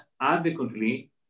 adequately